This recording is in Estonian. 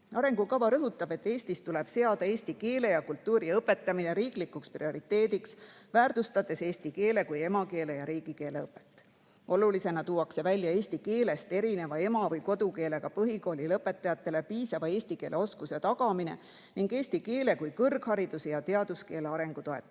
Arengukava rõhutab, et Eestis tuleb seada eesti keele ja kultuuri õpetamine riiklikuks prioriteediks, väärtustades eesti keele kui emakeele ja riigikeele õpet. Olulisena tuuakse välja eesti keelest erineva ema‑ või kodukeelega põhikoolilõpetajatele piisava eesti keele oskuse tagamine ning eesti keele kui kõrgharidus‑ ja teaduskeele arengu toetamine.